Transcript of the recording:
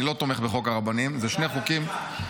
אני לא תומך בחוק הרבנים -- תודה על התמיכה.